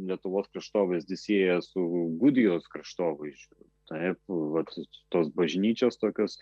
lietuvos kraštovaizdį sieja su gudijos kraštovaizdžiu taip vat tos bažnyčios tokios